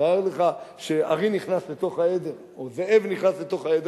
תאר לך שארי נכנס לתוך העדר או זאב נכנס לתוך העדר,